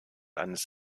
eines